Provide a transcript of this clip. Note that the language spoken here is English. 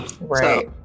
Right